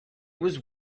was